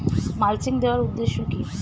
Mulching দেওয়ার উদ্দেশ্য কি?